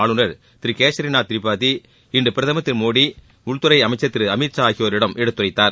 ஆளுநர் திரு கேசரிநாத் திரிபாதி இன்று பிரதமர் திரு மோடி உள்துறை அமைச்சர் திரு அமித் ஷா ஆகியோரிடம் எடுத்துரைத்தார்